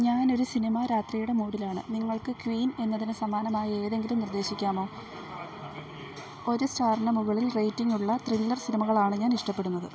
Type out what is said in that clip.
ഞാൻ ഒരു സിനിമാ രാത്രിയുടെ മൂഡിലാണ് നിങ്ങൾക്ക് ക്വീൻ എന്നതിന് സമാനമായ ഏതെങ്കിലും നിർദ്ദേശിക്കാമോ ഒരു സ്റ്റാറിന് മുകളിൽ റേറ്റിംഗ് ഉള്ള ത്രില്ലർ സിനിമകളാണ് ഞാൻ ഇഷ്ടപ്പെടുന്നത്